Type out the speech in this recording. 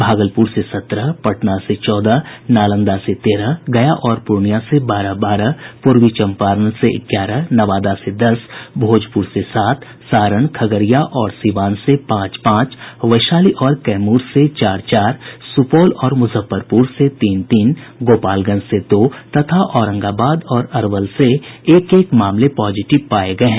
भागलपुर से सत्रह पटना से चौदह नालंदा से तेरह गया और पूर्णियां से बारह बारह पूर्वी चम्पारण से ग्यारह नवादा से दस भोजपुर से सात सारण खगड़िया और सीवान से पांच पांच वैशाली और कैमूर से चार चार सुपौल और मुजफ्फरपुर से तीन तीन गोपालगंज से दो तथा औरंगाबाद और अरवल से एक एक मामले पॉजिटिव पाये गये हैं